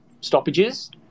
stoppages